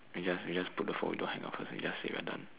we just we just put the phone don't hang up first we just say we're done